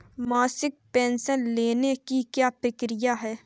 मासिक पेंशन लेने की क्या प्रक्रिया है?